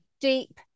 deep